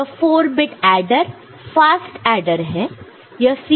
यह 4 bit adder fast adder है